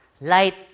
light